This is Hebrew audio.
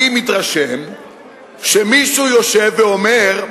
אני מתרשם שמישהו יושב ואומר: